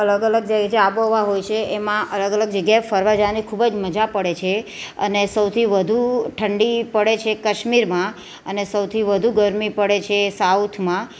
અલગ અલગ જે જે આબોહવા હોય છે એમાં અલગ અલગ જગ્યાએ ફરવા જાવાની ખૂબ જ મજા પડે છે અને સૌથી વધું ઠંડી પળે છે કશ્મીરમાં અને સૌથી વધું ગરમી પડે છે સાઉથમાં